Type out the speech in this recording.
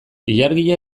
ilargia